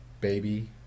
baby